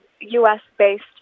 US-based